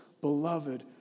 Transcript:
beloved